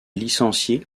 licencié